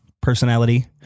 personality